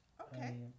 Okay